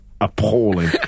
appalling